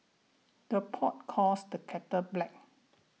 the pot calls the kettle black